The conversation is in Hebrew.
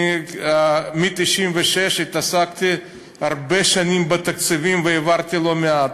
מ-1996 התעסקתי הרבה שנים בתקציבים והעברתי לא מעט.